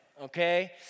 okay